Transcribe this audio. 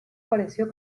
pareció